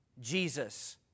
Jesus